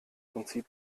prinzip